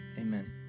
amen